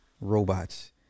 robots